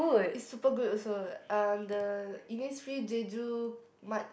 it's super good also uh the Innisfree Jeju mud